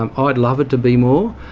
um ah i'd love it to be more,